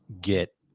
get